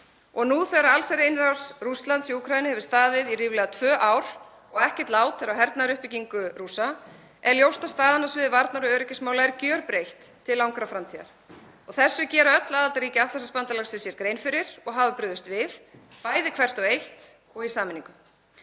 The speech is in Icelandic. Nú þegar allsherjarinnrás Rússlands í Úkraínu hefur staðið í ríflega tvö ár og ekkert lát er á hernaðaruppbyggingu Rússa er ljóst að staðan á sviði varnar- og öryggismála er gjörbreytt til langrar framtíðar. Þessu gera öll aðildarríki Atlantshafsbandalagsins sér grein fyrir og hafa brugðist við, bæði hvert og eitt og í sameiningu.